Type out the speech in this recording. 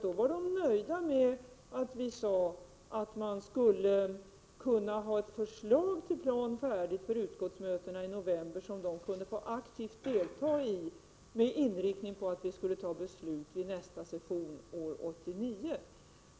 Då var de nöjda med att vi sade att man 61 skulle kunna få ett förslag till plan färdigt till utskottsmötena i november där de aktivt kunde få delta i arbetet, med inriktning på att vi skulle fatta beslut vid nästa session år 1989.